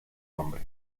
nombre